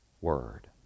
Word